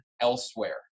elsewhere